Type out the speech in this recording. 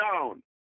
down